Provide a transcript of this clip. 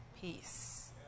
peace